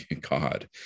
God